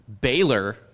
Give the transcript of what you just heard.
Baylor